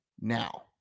now